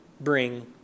bring